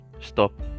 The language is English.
Stop